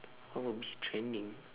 what will be trending